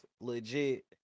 legit